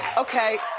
okay,